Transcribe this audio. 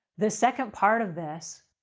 the second part of this,